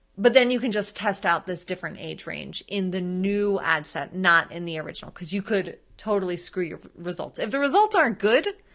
but then you can just test out this different age range in the new ad set not in the original, cause you could totally screw your results. if the results aren't good,